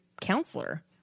counselor